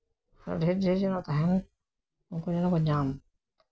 ᱰᱷᱮᱨ ᱰᱷᱮᱨ ᱡᱮᱱᱚ ᱛᱟᱦᱮᱱ ᱩᱱᱠᱩ ᱡᱮᱱᱚ ᱠᱚ ᱧᱟᱢ